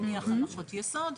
הניח הנחות יסוד.